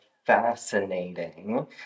Fascinating